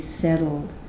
settled